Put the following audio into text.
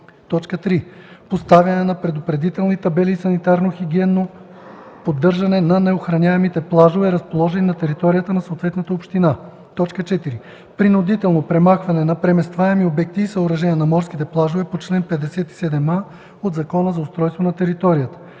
3. поставяне на предупредителни табели и санитарно-хигиенно поддържане на неохраняемите плажове, разположени на територията на съответната община; 4. принудително премахване на преместваеми обекти и съоръжения на морските плажове по чл. 57а от Закона за устройство на територията;